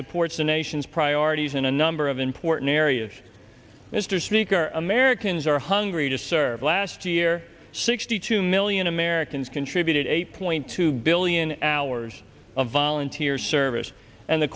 of ports the nation's priorities in a number of important areas mr sneaker americans are hungry to serve last year sixty two million americans contributed eight point two billion hours of volunteer service and the